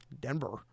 Denver